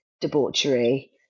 debauchery